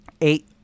eight